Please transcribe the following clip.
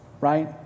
right